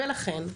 ולכן,